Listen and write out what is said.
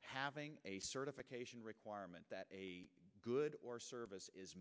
having a certification requirement that a good or service is